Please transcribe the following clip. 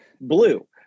blue